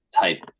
type